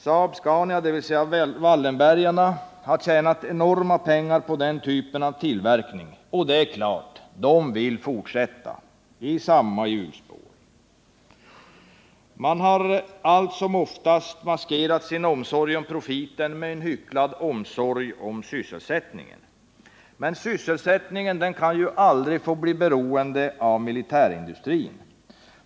Saab-Scania, dvs. Wallenbergarna, har tjänat enorma pengar på den typen av tillverkning, och det är klart att de vill fortsätta i samma hjulspår. Man har allt som oftast maskerat sin omsorg om profiten med en hycklad omsorg om sysselsättningen. Men sysselsättningen kan aldrig få bli beroende av militärindustrin.